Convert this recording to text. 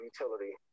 utility